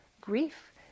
grief